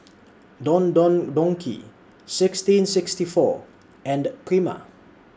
Don Don Donki sixteen sixty four and Prima